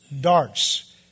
darts